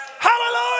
Hallelujah